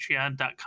patreon.com